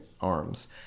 arms